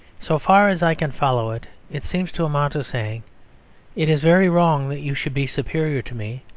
so far as i can follow it, it seems to amount to saying it is very wrong that you should be superior to me,